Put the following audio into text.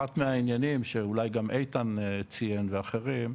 אחד מהעניינים שאולי גם איתן ציין ואחרים,